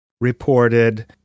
reported